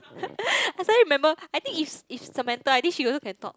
I still remember I think is is Samantha I think she also can talk